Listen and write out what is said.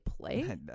play